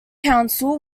council